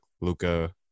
Luca